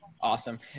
Awesome